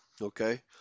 okay